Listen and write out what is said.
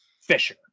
Fisher